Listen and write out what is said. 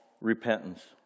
repentance